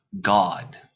God